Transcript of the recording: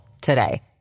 today